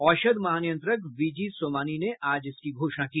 औषध महानियंत्रक V G Somani ने आज इसकी घोषणा की